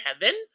heaven